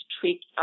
treat